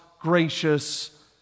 gracious